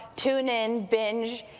tune in, binge,